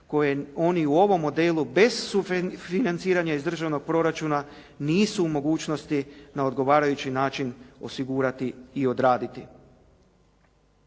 koje oni u ovom modelu bez sufinanciranja iz državnog proračuna nisu u mogućnosti na odgovarajući način osigurati i odraditi.